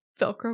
Velcro